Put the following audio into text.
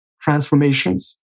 transformations